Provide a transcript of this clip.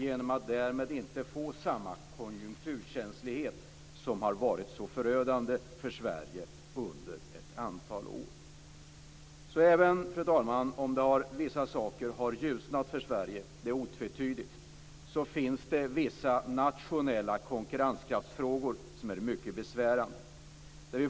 Därmed får man inte samma konjunkturkänslighet som har varit så förödande för Sverige under ett antal år. Fru talman! Det är otvetydigt att vissa saker har ljusnat för Sverige. Men det finns vissa nationella konkurrenskraftsfrågor som är mycket besvärande.